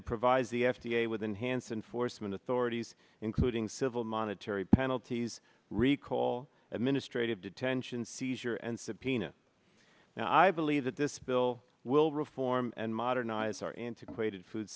it provides the f d a with enhanced enforcement authorities including civil monetary penalties recall administrative detention seizure and subpoena now i believe that this bill will reform and modernize our antiquated food